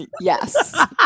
Yes